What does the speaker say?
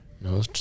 No